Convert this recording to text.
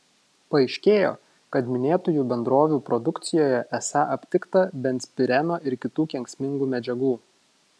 paaiškėjo kad minėtųjų bendrovių produkcijoje esą aptikta benzpireno ir kitų kenksmingų medžiagų